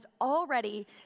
already